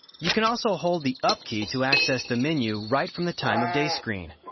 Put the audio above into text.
you can also hold the up key to access the menu right from the time of day screen.